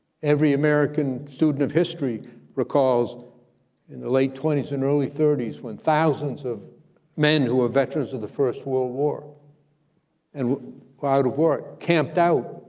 every american student of history recalls in the late twenty s and early thirty s when thousands of men who were veterans of the first world war and out of work camped out